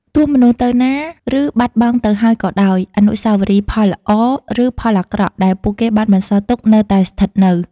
ទោះមនុស្សទៅណា ឬបាត់បង់ទៅហើយក៏ដោយ អនុស្សាវរីយ៍ ផលល្អ ឬ ផលអាក្រក់ ដែលពួកគេបានបន្សល់ទុក នៅតែស្ថិតនៅ។